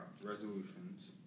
resolutions